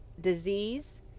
disease